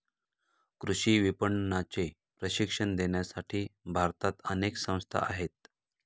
कृषी विपणनाचे प्रशिक्षण देण्यासाठी भारतात अनेक संस्था आहेत